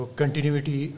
continuity